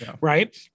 right